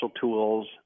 tools